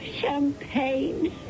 champagne